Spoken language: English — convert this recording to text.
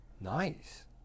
Nice